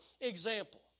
example